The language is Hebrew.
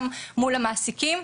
גם מול המעסיקים.